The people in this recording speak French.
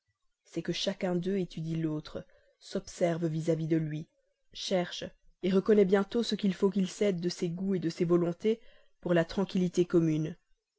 c'est que chacun d'eux étudie l'autre s'observe vis-à-vis de lui cherche reconnaît bientôt ce qu'il faut qu'il cède de ses goûts ou des ses volontés pour la tranquillité commune